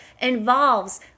involves